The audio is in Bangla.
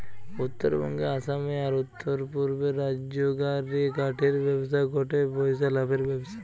উত্তরবঙ্গে, আসামে, আর উততরপূর্বের রাজ্যগা রে কাঠের ব্যবসা গটে পইসা লাভের ব্যবসা